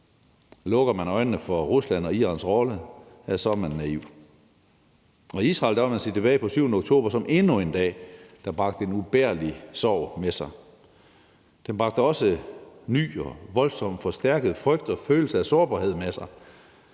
Lukker man øjnene for Ruslands og Irans rolle, er man naiv. Og i Israel vil man se tilbage på den 7. oktober som endnu en dag, der bragte en ubærlig sorg med sig. Den bragte også en ny og voldsomt forstærket frygt og en følelse af sårbarhed med sig,